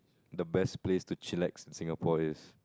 the best place to chillax in Singapore is